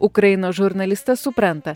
ukrainos žurnalistas supranta